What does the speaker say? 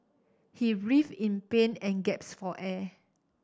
he writhed in pain and gaps for air